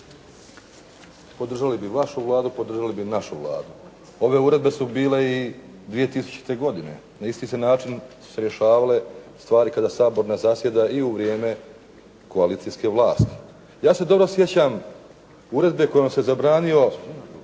Podržali bi vašu Vladu, podržali bi našu Vladu. Ove uredbe su bile i 2000. godine. Na isti su se način rješavale stvari kada Sabor ne zasjeda i u vrijeme koalicijske vlasti. Ja se dobro sjećam uredbe kojom se zabranio